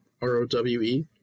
R-O-W-E